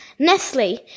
Nestle